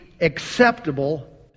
acceptable